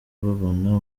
babona